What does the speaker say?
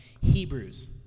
Hebrews